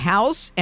House